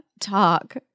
talk